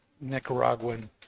Nicaraguan